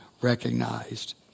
recognized